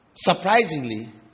Surprisingly